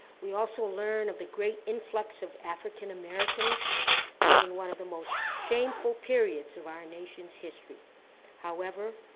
we also learn of the great influx of african-americans during one of the most shameful periods of our nation's history however,